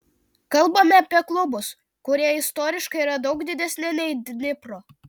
kalbame apie klubus kurie istoriškai yra daug didesni nei dnipro